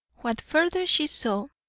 what further she saw,